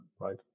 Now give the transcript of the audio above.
Right